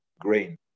grain